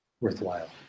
worthwhile